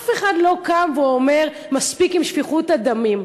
אף אחד לא קם ואומר: מספיק עם שפיכות הדמים.